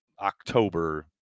October